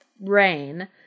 rain